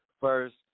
First